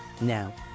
now